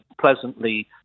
pleasantly